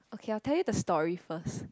okay I'll tell you the story first